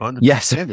Yes